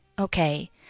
Okay